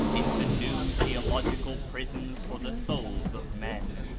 into new theological prisons for the souls of men.